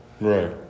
right